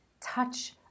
touch